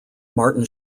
martin